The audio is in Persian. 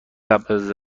قبل